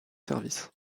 services